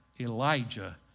Elijah